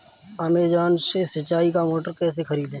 Amazon से सिंचाई का मोटर कैसे खरीदें?